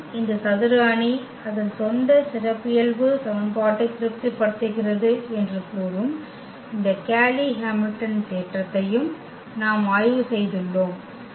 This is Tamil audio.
மேலும் இந்த சதுர அணி அதன் சொந்த சிறப்பியல்பு சமன்பாட்டை திருப்திப்படுத்துகிறது என்று கூறும் இந்த கேய்லி ஹாமில்டன் தேற்றத்தையும் நாம் ஆய்வு செய்துள்ளோம்